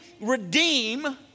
redeem